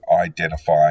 identify